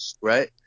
right